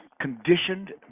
conditioned